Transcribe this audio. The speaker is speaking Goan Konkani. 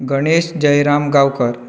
गणेश जयराम गांवकर